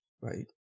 Right